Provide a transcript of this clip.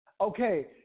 Okay